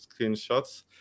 screenshots